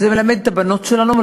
זה מלמד את הבנות שלנו,